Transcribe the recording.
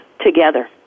together